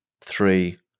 three